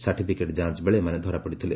certificate ଯାଞ ବେଳେ ଏମାନେ ଧରାପଡ଼ିଥିଲେ